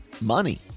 money